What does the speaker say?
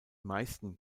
meisten